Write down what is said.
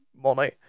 money